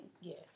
Yes